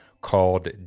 called